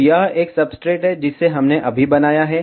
तो यह एक सब्सट्रेट है जिसे हमने अभी बनाया है